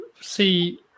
see